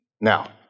Now